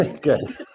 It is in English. Good